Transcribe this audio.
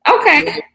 Okay